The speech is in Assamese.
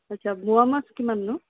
আচ্ছা মোৱা মাছ কিমান নো